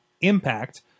Impact